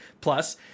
Plus